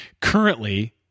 Currently